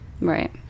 Right